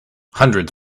hundreds